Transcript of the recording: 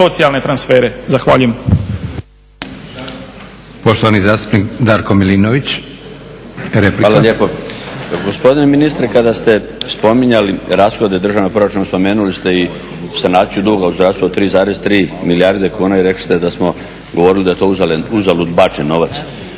socijalne transfere. Zahvaljujem.